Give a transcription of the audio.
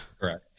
Correct